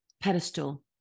pedestal